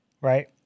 right